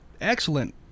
excellent